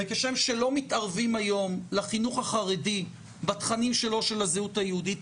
כשם שלא מתערבים היום לחינוך החרדי בתכנים שלו של הזהות היהודית,